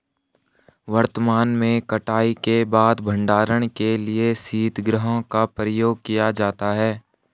वर्तमान में कटाई के बाद भंडारण के लिए शीतगृहों का प्रयोग किया जाता है